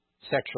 sexual